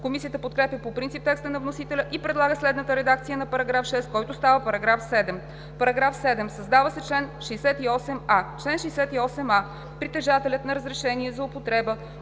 Комисията подкрепя по принцип текста на вносителя и предлага следната редакция на § 6, който става § 7: „§ 7. Създава се чл. 68а: „Чл. 68а. Притежателят на разрешение за употреба